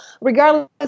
regardless